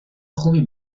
خوبی